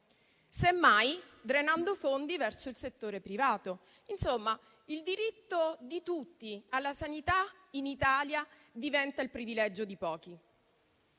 semmai drenando fondi verso il settore privato. Insomma, il diritto di tutti alla sanità in Italia diventa il privilegio di pochi.